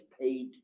paid